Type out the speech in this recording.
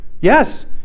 Yes